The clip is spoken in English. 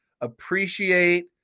Appreciate